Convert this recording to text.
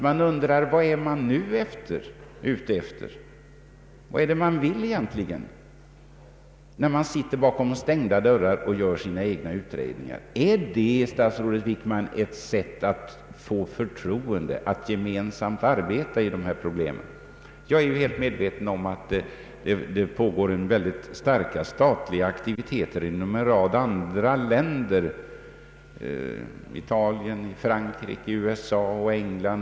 Jag undrar: Vad är regeringen ute efter, vad vill regeringen egentligen när den sitter bakom stängda dörrar och gör sina egna utredningar? Är det, statsrådet Wickman, ett sätt att vinna förtroende, ett sätt att gemensamt arbeta i dessa frågor? Jag är helt medveten om att det pågår mycket starka statliga aktiviteter inom en rad andra länder — Italien, Frankrike USA och England.